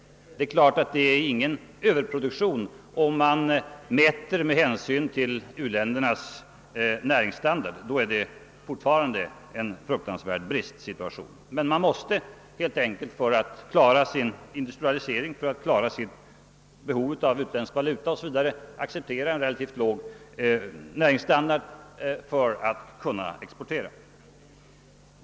Det är klart att det inte är fråga om överproduktion om man mäter med hänsyn till u-ländernas näringsstandard — då råder fortfarande en allvarlig bristsituation. För att klara industrialiseringen, behovet av utländsk valuta o.s.v. måste u-länderna helt enkelt acceptera en relativt låg näringsstandard.